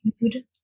food